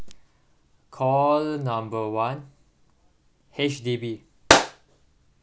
call number one H_D_B